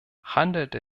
handelte